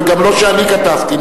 וגם לא שאני כתבתי.